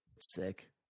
Sick